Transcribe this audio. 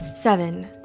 Seven